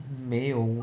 没有